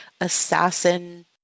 assassin